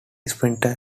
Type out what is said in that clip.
sprinter